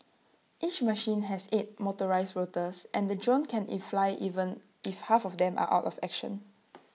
each machine has eight motorised rotors and the drone can IT fly even if half of them are out of action